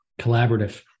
Collaborative